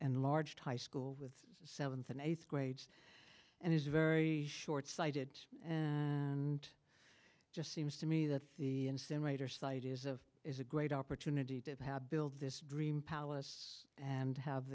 and large high school with seventh and eighth grades and it's very shortsighted and just seems to me that the incinerator site is of is a great opportunity to build this dream palace and have